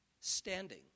standing